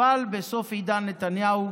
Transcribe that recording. אבל בסוף עידן נתניהו.